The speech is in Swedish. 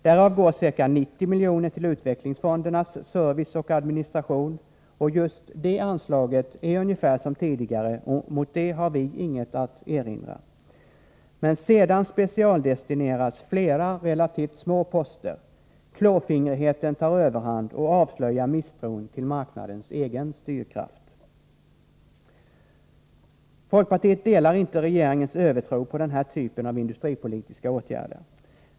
Därav går ca 90 miljoner till utvecklingsfondernas service och administration, och just det anslaget är ungefär som tidigare, och mot det har vi inget att erinra. Men sedan specialdestineras flera relativt små poster. Klåfingrigheten tar överhand och avslöjar misstron till marknadens egen styrkraft. Folkpartiet delar inte regeringens övertro på den här typen av industripolitiska åtgärder.